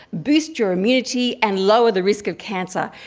boost your immunity and lower the risk of cancer.